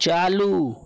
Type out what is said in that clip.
चालू